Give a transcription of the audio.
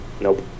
Nope